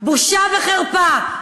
בושה וחרפה.